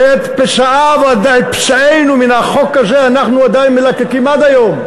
ואת פצעינו מן החוק הזה אנחנו עדיין מלקקים עד היום,